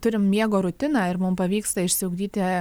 turim miego rutiną ir mum pavyksta išsiugdyti